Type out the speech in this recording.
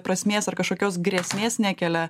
prasmės ar kažkokios grėsmės nekelia